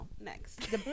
Next